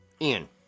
Ian